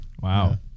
Wow